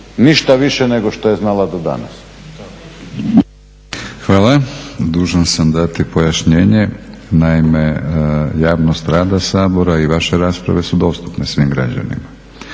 ništa više nego što je znala do danas. **Batinić, Milorad (HNS)** Hvala. Dužan sam dati pojašnjenje. Naime, javnost rada Sabora i vaše rasprave su dostupne svim građanima,